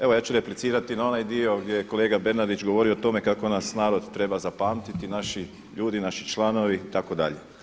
Evo ja ću replicirati na onaj dio gdje je kolega Bernardić govorio o tome kako nas narod treba zapamtiti, naši ljudi, naši članovi itd.